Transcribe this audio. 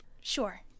Sure